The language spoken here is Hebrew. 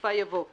בסופה יבוא - "(ג)